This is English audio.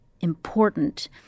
important